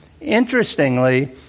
Interestingly